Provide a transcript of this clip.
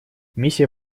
миссия